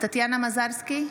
טטיאנה מזרסקי,